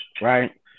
right